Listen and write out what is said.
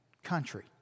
Country